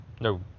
No